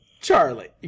Charlie